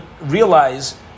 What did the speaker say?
realize